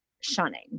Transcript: shunning